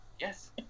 Yes